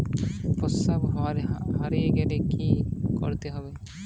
পাশবই হারিয়ে গেলে কি করতে হবে?